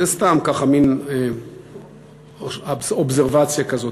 זה סתם מין אובזרבציה כזאת,